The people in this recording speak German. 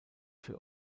für